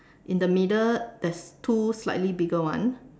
in the middle there's two slightly bigger ones